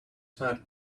far